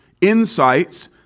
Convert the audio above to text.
insights